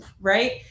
Right